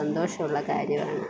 സന്തോഷമുള്ള കാര്യമാണ്